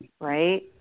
right